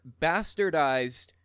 bastardized